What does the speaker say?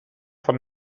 von